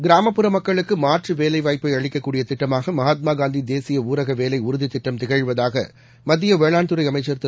கிராமப்புற மக்களுக்கு மாற்று வேலைவாய்ப்பை அளிக்கக்கூடிய திட்டமாக மகாத்மா காந்தி தேசிய ஊரக வேலை உறுதித் திட்டம் திகழ்வதாக மத்திய வேளாண் துறை அமைச்சர் திரு